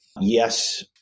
Yes